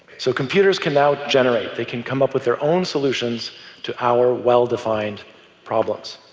so computers can now generate they can come up with their own solutions to our well-defined problems.